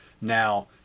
Now